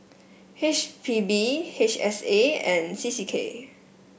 H P B H S A and C C K